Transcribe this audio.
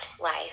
life